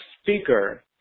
speaker